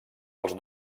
els